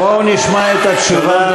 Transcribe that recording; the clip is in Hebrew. בואו נשמע את התשובה.